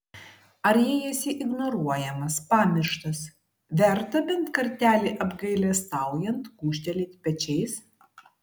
ar jei esi ignoruojamas pamirštas verta bent kartelį apgailestaujant gūžtelėti pečiais